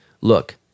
look